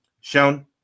sean